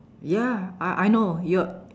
ya I I know you're